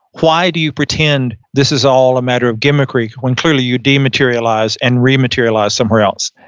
why do you pretend this is all a matter of gimmickry when clearly you dematerialize and rematerialize somewhere else?